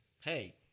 Hey